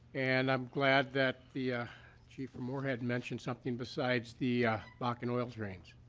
and um glad that the ah chief from moorehead mentioned something besides the balk and oils range.